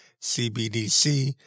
CBDC